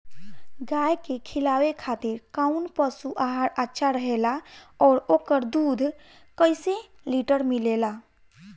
गाय के खिलावे खातिर काउन पशु आहार अच्छा रहेला और ओकर दुध कइसे लीटर मिलेला?